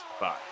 Bye